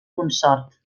consort